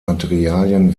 materialien